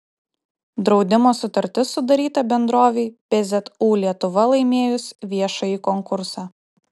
draudimo sutartis sudaryta bendrovei pzu lietuva laimėjus viešąjį konkursą